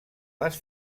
les